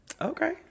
Okay